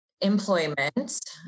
employment